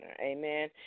Amen